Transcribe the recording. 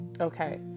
Okay